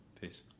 Peace